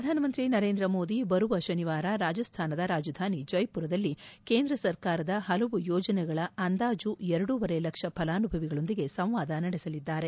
ಪ್ರಧಾನಮಂತ್ರಿ ನರೇಂದ್ರಮೋದಿ ಬರುವ ತನಿವಾರ ರಾಜಸ್ವಾನದ ರಾಜಧಾನಿ ಜೈಮರದಲ್ಲಿ ಕೇಂದ್ರ ಸರ್ಕಾರದ ಹಲವು ಯೋಜನೆಗಳ ಅಂದಾಜು ಎರಡೂವರೆ ಲಕ್ಷ ಫಲಾನುಭವಿಗಳೊಂದಿಗೆ ಸಂವಾದ ನಡೆಸಲಿದ್ದಾರೆ